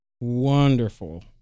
Wonderful